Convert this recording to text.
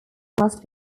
must